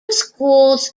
schools